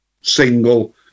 single